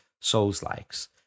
Souls-likes